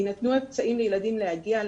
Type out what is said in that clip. יינתנו אמצעים לילדים להגיע .